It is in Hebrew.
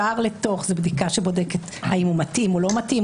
השער וזאת בדיקה שבודקת האם הוא מתאים או לא מתאים,